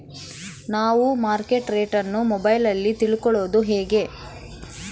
ನಾವು market rate ಅನ್ನು ಮೊಬೈಲಲ್ಲಿ ತಿಳ್ಕಳೋದು ಹೇಗೆ?